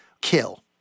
kill